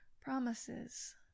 promises